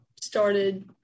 started